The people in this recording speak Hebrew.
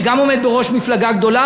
אני גם עומד בראש מפלגה גדולה,